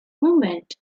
movement